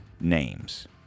names